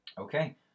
Okay